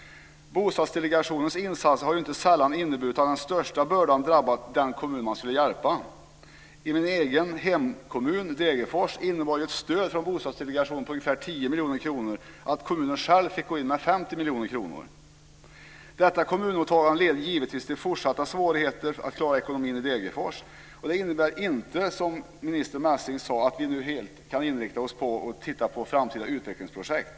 Bostadsdelegationens insatser har inte sällan inneburit att den största bördan drabbat den kommun som man skulle hjälpa. I min hemkommun Degerfors innebar ett stöd från Bostadsdelegationen om ungefär 10 miljoner kronor att kommunen själv fick gå in med 50 miljoner kronor. Detta kommunåtagande leder givetvis till fortsatta svårigheter att klara ekonomin i Degerfors och innebär inte, som statsrådet Messing sade, att vi nu helt kan inrikta oss på att titta på framtida utvecklingsprojekt.